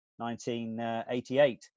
1988